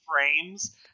frames